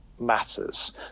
matters